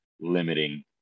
limiting